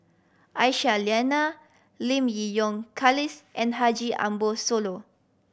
Aisyah Lyana Lim Yi Yong and Haji Ambo Sooloh